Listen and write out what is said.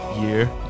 year